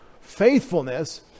faithfulness